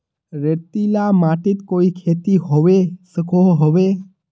रेतीला माटित कोई खेती होबे सकोहो होबे?